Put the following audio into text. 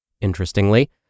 Interestingly